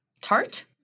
tart